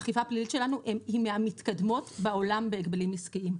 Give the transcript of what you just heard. האכיפה הפלילית שלנו היא מהמתקדמות בעולם בהגבלים עסקיים.